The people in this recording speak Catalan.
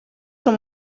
són